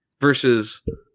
versus